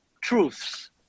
truths